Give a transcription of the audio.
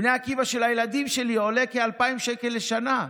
בני עקיבא של הילדים שלי עולה כ-2,000 שקלים לשנה,